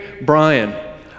Brian